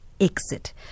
Exit